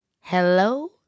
hello